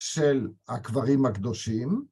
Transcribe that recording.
של הקברים הקדושים.